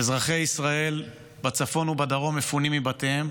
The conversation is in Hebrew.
אזרחי ישראל בצפון ובדרום מפונים מבתיהם.